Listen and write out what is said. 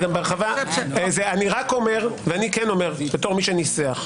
אני אומר כמי שניסח,